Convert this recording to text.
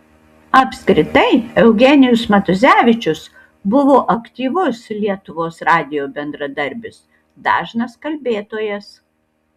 apskritai eugenijus matuzevičius buvo aktyvus lietuvos radijo bendradarbis dažnas kalbėtojas